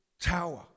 tower